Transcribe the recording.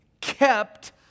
kept